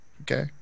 okay